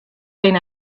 been